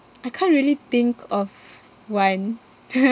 I can't really think of one